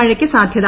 മഴയ്ക്ക് സാധൃത